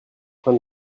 train